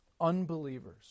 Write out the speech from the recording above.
unbelievers